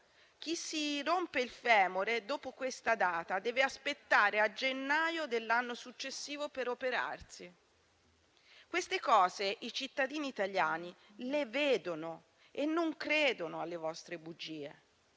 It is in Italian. Chi si rompe il femore dopo questa data deve aspettare a gennaio dell'anno successivo per operarsi. Queste cose i cittadini italiani le vedono e non credono alle vostre bugie,